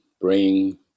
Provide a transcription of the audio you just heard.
bring